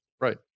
right